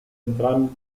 entrambi